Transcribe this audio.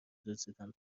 دزدیدن